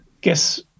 guess